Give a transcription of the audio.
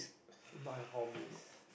my hobbies